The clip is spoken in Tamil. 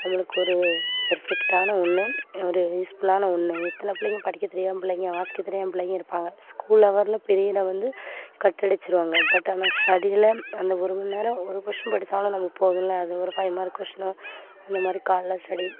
நம்மளுக்கு ஒரு ஃபெர்ஃபெக்டான ஒன்று ஒரு யூஸ்ஃபுல்லான ஒன்று எத்தனை பிள்ளைங்க படிக்க தெரியாமல் பிள்ளைங்க வாசிக்க தெரியாமல் பிள்ளைங்க இருப்பாங்க ஸ்கூல் ஹவரில் வெளியில் வந்து கட் அடிச்சுடுவாங்க பட் ஆனால் ஸ்டடியில் அந்த ஒரு மணி நேரம் ஒரு கொஸ்டின் படித்தாலும் நம்மளுக்கு போதும்லை அது ஒரு ஃபைவ் மார்க் கொஸ்டினோ அந்தமாதிரி காலையில ஸ்டடி